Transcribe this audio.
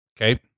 Okay